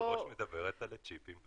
--- האם יש --- שאת מדברת על השיפים?